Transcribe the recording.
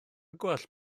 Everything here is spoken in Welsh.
gwallt